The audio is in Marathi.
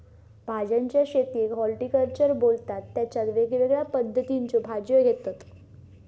भाज्यांच्या शेतीयेक हॉर्टिकल्चर बोलतत तेच्यात वेगवेगळ्या पद्धतीच्यो भाज्यो घेतत